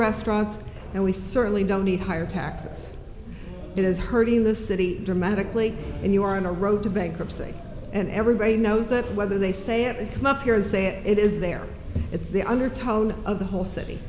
restaurants and we certainly don't need higher taxes it is hurting the city dramatically and you are on a road to bankruptcy and everybody knows that whether they say it come up here and say it it is there it's the undertone of the whole city